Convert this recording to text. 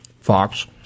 Fox